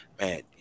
man